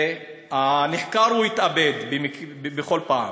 והנחקר התאבד בכל פעם.